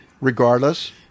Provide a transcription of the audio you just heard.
regardless